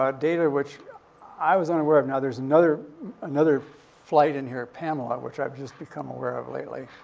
um data, which i was unaware of. now, there's another another flight-inherent panel, ah which i've just become aware of lately,